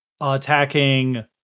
attacking